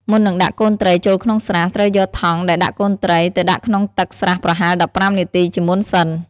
មុននឹងដាក់កូនត្រីចូលក្នុងស្រះ ត្រូវយកថង់ដែលដាក់កូនត្រីទៅដាក់ក្នុងទឹកស្រះប្រហែល ១៥ នាទីជាមុនសិន។